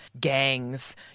gangs